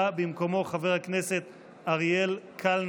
בא במקומו חבר הכנסת אריאל קלנר,